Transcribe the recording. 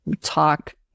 talk